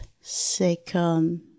Second